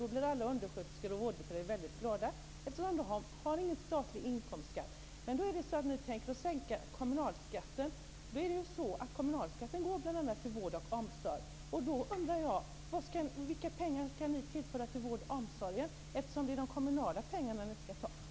Då blir alla undersköterskor och vårdbiträden väldigt glada, eftersom de inte har någon statlig inkomstskatt. Men ni tänker sänka kommunalskatten, och den går bl.a. till vård och omsorg. Då undrar jag vilka pengar ni skall tillföra till vård och omsorg. Det är ju de kommunala pengarna ni skall ta.